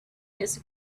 his